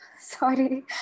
sorry